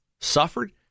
suffered